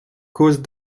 causent